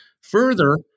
Further